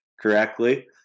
correctly